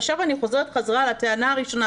ועכשיו אני חוזרת לטענה הראשונה,